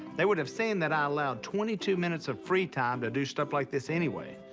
they would have seen that i allowed twenty two minutes of free time to do stuff like this anyway.